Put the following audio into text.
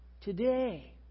today